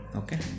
okay